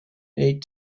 eight